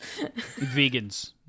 vegans